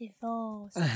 Divorce